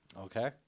Okay